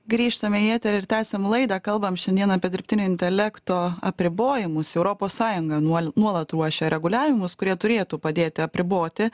grįžtame į eterį ir tęsiam laidą kalbam šiandien apie dirbtinio intelekto apribojimus europos sąjunga nuol nuolat ruošia reguliavimus kurie turėtų padėti apriboti